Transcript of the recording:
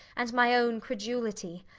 and my own credulity.